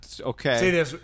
Okay